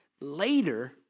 later